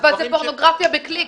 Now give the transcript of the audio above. אבל זה פורנוגרפיה בקליק,